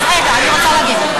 רגע, אני רוצה להגיב.